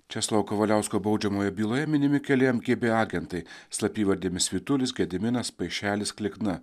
česlovo kavaliausko baudžiamojoje byloje minimi keli kgb agentai slapyvardėmis vytulis gediminas paišelis klikna